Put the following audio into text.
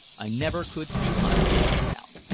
i never could keep my feelings down.